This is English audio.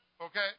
Okay